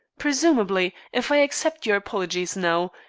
presumably, if i accept your apologies now,